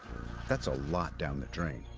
that's a lot down the drain,